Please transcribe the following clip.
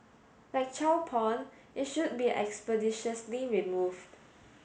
like child porn it should be expeditiously removed